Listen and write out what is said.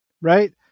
right